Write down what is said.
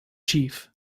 chief